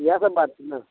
इएह सब बात छै ने